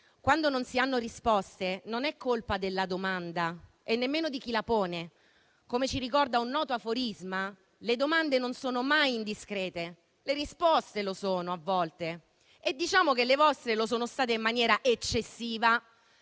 quando non si hanno risposte, non è colpa della domanda e nemmeno di chi la pone. Come ci ricorda un noto aforisma, «le domande non sono mai indiscrete; le risposte lo sono, a volte», e diciamo che le vostre lo sono state in maniera eccessiva.